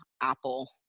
apple